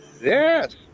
Yes